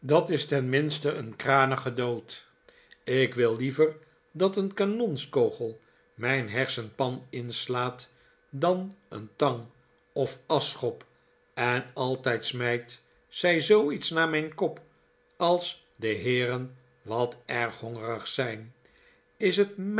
dat is tenminste een kranige dood ik wil liever dat een kanonskogel mijn hersenpan inslaat dan een tang of aschschop en altijd smijt zij zooiets naar mijn kop als de heeren wat erg hongerig zijn is het